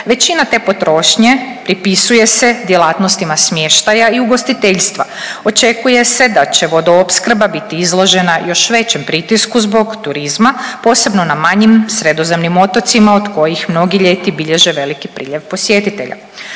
Većina te potrošnje pripisuje se djelatnostima smještaja i ugostiteljstva, očekuje se da će vodoopskrba biti izložena još većem pritisku zbog turizma, posebno na manjim sredozemnim otocima od kojih mnogi ljeti bilježe veliki priljev posjetitelja.